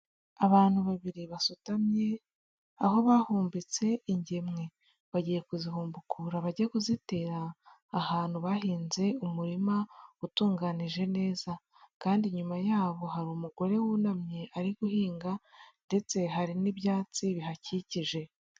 Abantu babiri basutamye, aho bahumbitse ingemwe, bagiye kuzibumbukura bajya kuzitera, ahantu bahinze umurima utunganije neza kandi inyuma yaho hari umugore wunamye ari guhinga ndetse hari n'ibyatsi bihakikije.